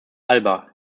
alba